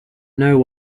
know